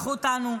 לקחו אותנו,